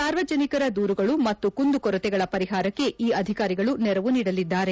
ಸಾರ್ವಜನಿಕರ ದೂರುಗಳು ಮತ್ತು ಕುಂದುಕೊರತೆಗಳ ಪರಿಹಾರಕ್ಷೆ ಈ ಅಧಿಕಾರಿಗಳು ನೆರವು ನೀಡಲಿದ್ದಾರೆ